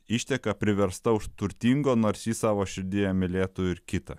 išteka priversta už turtingo nors jį savo širdyje mylėtų ir kitą